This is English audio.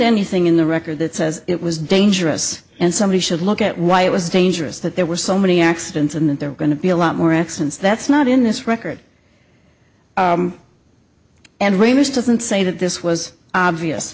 anything in the record that says it was dangerous and somebody should look at why it was dangerous that there were so many accidents and that there are going to be a lot more accidents that's not in this record and remus doesn't say that this was obvious